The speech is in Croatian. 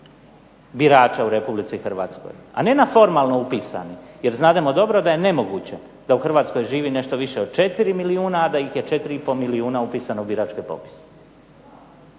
birača u Republici Hrvatskoj, a ne na formalno upisani, jer znademo dobro da je nemoguće da u Hrvatskoj živi nešto više od 4 milijuna, a da ih je 4 i po milijuna upisano u birački popis.